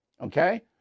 okay